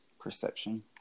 perception